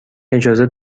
اجازه